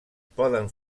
poden